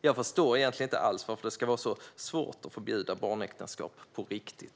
Jag förstår egentligen inte alls varför det ska vara så svårt att förbjuda barnäktenskap på riktigt.